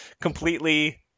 completely